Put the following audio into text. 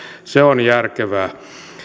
se on järkevää